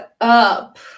up